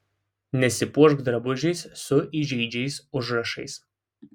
nesipuošk drabužiais su įžeidžiais užrašais